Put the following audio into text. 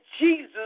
Jesus